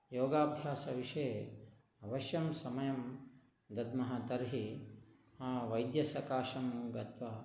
योगाभ्यासविषये अवश्यं समयं दद्मः तर्हि वैद्यसकाशं गत्वा